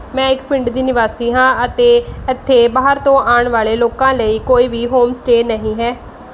ਮੈਂ ਇੱਕ ਪਿੰਡ ਦੀ ਨਿਵਾਸੀ ਹਾਂ ਅਤੇ ਇੱਥੇ ਬਾਹਰ ਤੋਂ ਆਉਣ ਵਾਲ਼ੇ ਲੋਕਾਂ ਲਈ ਕੋਈ ਵੀ ਹੋਮ ਸਟੇਅ ਨਹੀਂ ਹੈ